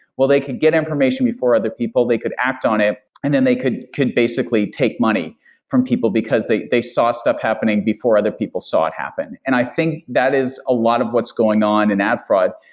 well they can get information before other people. they could act on it and then they could could basically take money from people, because they they saw stuff happening before other people saw it happen. and i think that is a lot of what's going on in ad fraud.